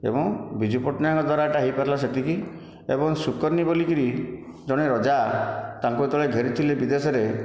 ଏବଂ ବିଜୁ ପଟ୍ଟନାୟକଙ୍କ ଦ୍ୱାରା ଏଇଟା ହେଇପାରିଲା ସେତିକି ଏବଂ ସୁକନି ବୋଲିକରି ଜଣେ ରଜା ତାଙ୍କୁ ଯେତେବେଳେ ଘେରିଥିଲେ ବିଦେଶରେ